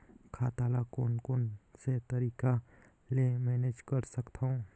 खाता ल कौन कौन से तरीका ले मैनेज कर सकथव?